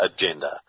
agenda